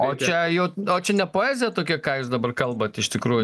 o čia jau o čia ne poezija tokia ką jūs dabar kalbat iš tikrųjų